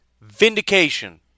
Vindication